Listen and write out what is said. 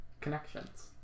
connections